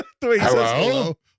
hello